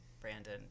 Brandon